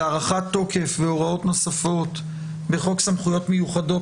להארכה תוקף והוראות נוספות בחוק סמכויות מיוחדות